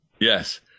Yes